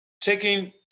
taking